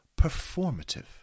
performative